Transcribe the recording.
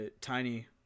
Tiny